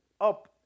up